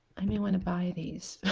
i may want to buy these